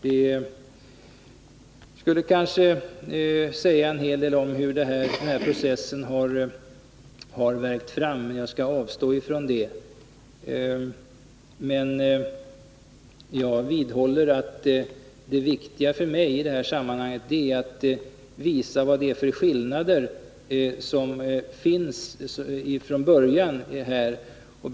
Det skulle nog säga en hel del om hur processen på detta område har värkt fram, men jag skall avstå från det. Jag vidhåller att det viktiga för mig i detta sammanhang är att visa vilka skillnader som från början förelegat.